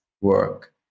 work